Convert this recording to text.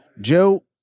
Joe